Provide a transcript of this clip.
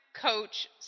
Coach